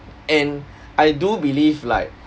and I do believe like